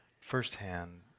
firsthand